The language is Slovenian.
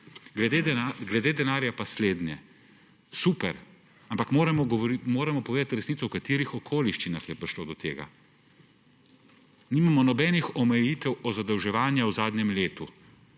Glede denarja je pa slednje. Super, ampak moramo povedati resnico, v katerih okoliščinah je prišlo do tega. Nimamo nobenih omejitev zadolževanja v zadnjem letu